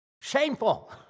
shameful